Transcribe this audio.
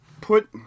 put